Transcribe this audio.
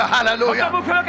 Hallelujah